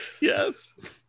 Yes